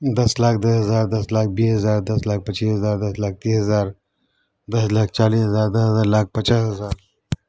دس لاکھ دس ہزار دس لاکھ بیس ہزار دس لاکھ پچیس ہزار دس لاکھ تیس ہزار دس لاکھ چالیس ہزار دس لاکھ پچاس ہزار